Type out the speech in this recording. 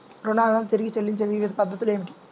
రుణాలను తిరిగి చెల్లించే వివిధ పద్ధతులు ఏమిటి?